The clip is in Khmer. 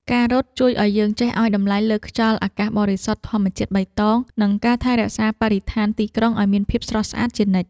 ការរត់ជួយឱ្យយើងចេះឱ្យតម្លៃលើខ្យល់អាកាសបរិសុទ្ធ ធម្មជាតិបៃតង និងការថែរក្សាបរិស្ថានទីក្រុងឱ្យមានភាពស្រស់ស្អាតជានិច្ច។